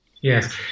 Yes